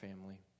family